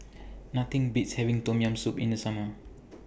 Nothing Beats having Tom Yam Soup in The Summer